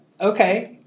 Okay